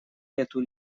эту